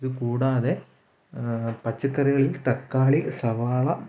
ഇതു കൂടാതെ പച്ചക്കറികളിൽ തക്കാളി സവാള